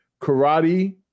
karate